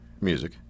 music